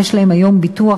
יש להם היום ביטוח,